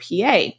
PA